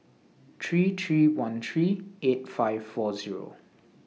three three one three eight five four Zero